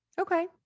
Okay